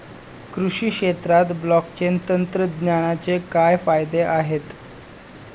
कृषी क्षेत्रात ब्लॉकचेन तंत्रज्ञानाचे काय फायदे आहेत?